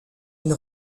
une